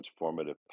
transformative